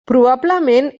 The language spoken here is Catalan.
probablement